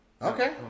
Okay